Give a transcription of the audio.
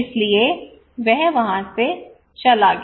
इसलिए वह चला गया